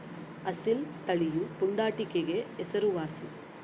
ಅಸೀಲ್ ತಳಿಯು ಪುಂಡಾಟಿಕೆಗೆ ಹೆಸರುವಾಸಿ